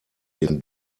den